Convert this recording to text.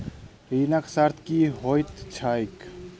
ऋणक शर्त की होइत छैक?